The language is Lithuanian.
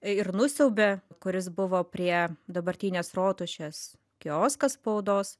ir nusiaubė kuris buvo prie dabartinės rotušės kioskas spaudos